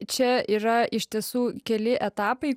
čia yra iš tiesų keli etapai